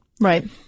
Right